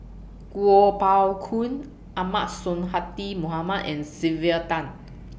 Kuo Pao Kun Ahmad Sonhadji Mohamad and Sylvia Tan